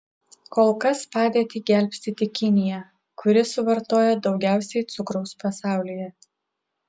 kol kas padėtį gelbsti tik kinija kuri suvartoja daugiausiai cukraus pasaulyje